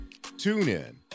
TuneIn